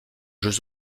jeux